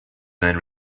then